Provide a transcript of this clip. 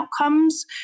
outcomes